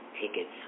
Tickets